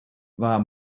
war